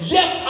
Yes